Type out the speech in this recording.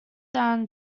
down